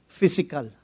physical